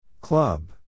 Club